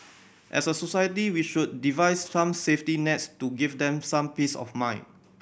as a society we should devise some safety nets to give them some peace of mind